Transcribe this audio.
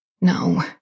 No